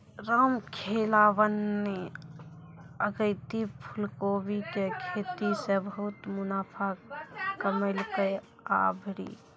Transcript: रामखेलावन न अगेती फूलकोबी के खेती सॅ बहुत मुनाफा कमैलकै आभरी